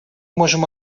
можем